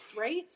Right